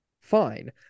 fine